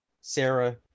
Sarah